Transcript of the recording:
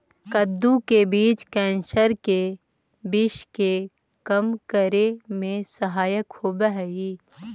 कद्दू के बीज कैंसर के विश्व के कम करे में सहायक होवऽ हइ